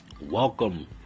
Welcome